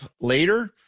later